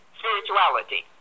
spirituality